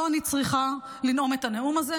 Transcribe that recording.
לא אני צריכה לנאום את הנאום הזה,